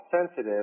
sensitive